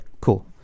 Cool